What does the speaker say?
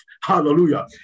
Hallelujah